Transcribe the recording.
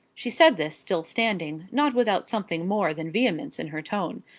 she said this, still standing, not without something more than vehemence in her tone.